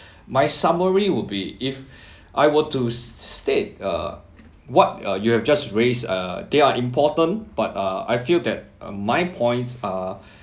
my summary would be if I were to state uh what uh you have just raised err they are important but err I feel that uh my points are